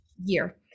year